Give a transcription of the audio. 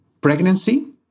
Pregnancy